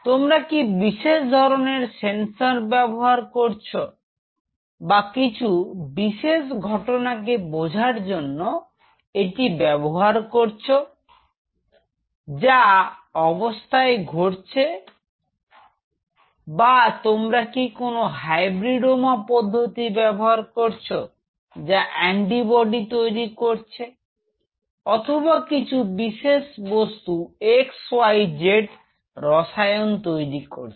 তোমরা কি বিশেষ ধরনের সেন্সর ব্যবহার করছো বা কিছু বিশেষ ঘটনাকে বোঝার জন্য এটি ব্যবহার করছ যা অবস্থায় ঘটছে বা তোমরা কি কোন হাইব্রিড ওমা পদ্ধতি ব্যবহার করছ যা এন্টিবডি তৈরি করছে অথবা কিছু বিশেষ বস্তু x y z রসায়ন তৈরি করছ